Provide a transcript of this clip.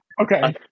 okay